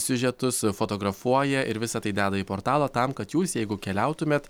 siužetus fotografuoja ir visa tai deda į portalą tam kad jūs jeigu keliautumėt